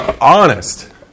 honest